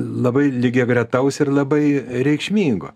labai lygiagretaus ir labai reikšmingo